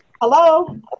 Hello